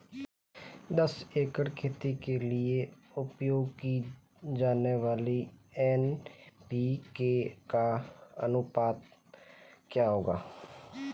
दस एकड़ खेती के लिए उपयोग की जाने वाली एन.पी.के का अनुपात क्या होगा?